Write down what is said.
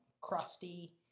crusty